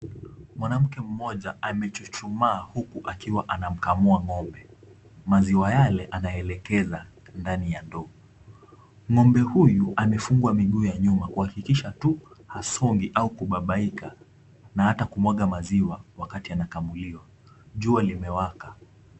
Mwanamke mmoja amechuchumaa huku akiwa anamkamua ng'ombe. Maziwa yale anaelekeza ndani ya ndoo. Ng'ombe huyu amefungwa miguu ya nyuma kuhakikisha tu hasongi au kubabaika na hata kumwaga maziwa wakati anakamuliwa. Jua limewaka.